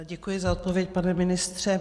Děkuji za odpověď, pane ministře.